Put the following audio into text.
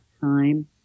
time